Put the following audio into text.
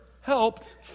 helped